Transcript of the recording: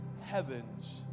heavens